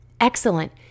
excellent